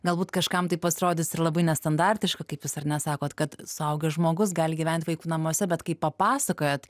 galbūt kažkam tai pasirodys ir labai nestandartiška kaip jūs ar na sakot kad suaugęs žmogus gali gyvent vaikų namuose bet kai papasakojot